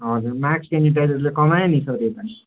हजुर मास्क सेनिटाइजरले कमायो नि सर यसपालि